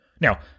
Now